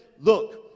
look